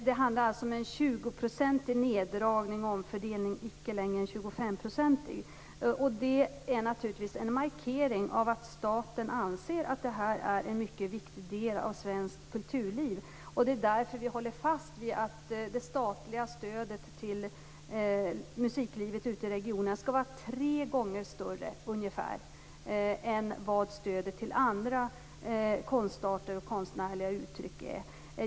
Herr talman! Det handlar om en 20-procentig neddragning och omfördelning, alltså icke längre om en 25-procentig sådan. Det är naturligtvis en markering av att staten anser att det här utgör en mycket viktig del av svenskt kulturliv. Därför håller vi fast vid att det statliga stödet till musiklivet ute i regionerna skall vara ungefär tre gånger större än stödet till andra konstarter och konstnärliga uttrycksformer.